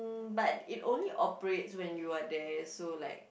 but it only operates when you are there so like